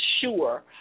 sure